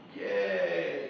yay